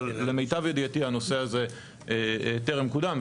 אבל למיטב ידיעתי הנושא הזה טרם קודם.